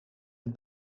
het